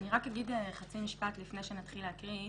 רק אגיד חצי משפט לפני שנתחיל להקריא.